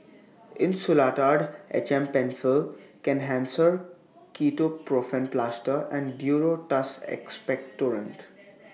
Insulatard H M PenFill Kenhancer Ketoprofen Plaster and Duro Tuss Expectorant